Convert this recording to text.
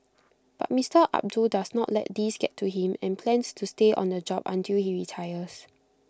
but Mister Abdul does not let these get to him and plans to stay on the job until he retires